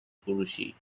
فروشی